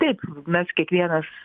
taip mes kiekvienas